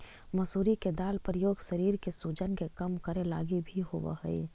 मसूरी के दाल के प्रयोग शरीर के सूजन के कम करे लागी भी होब हई